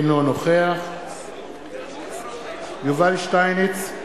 אינו נוכח יובל שטייניץ,